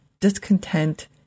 discontent